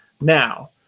Now